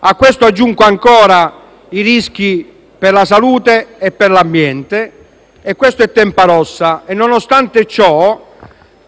A questo aggiungo ancora i rischi per la salute e per l'ambiente. Questo è Tempa Rossa. Nonostante ciò,